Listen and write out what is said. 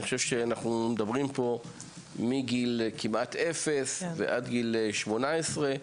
אנחנו מדברים פה על גיל אפס עד גיל 18,